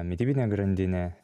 mitybinė grandinė